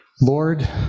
Lord